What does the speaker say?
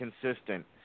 consistent